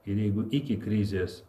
ir jeigu iki krizės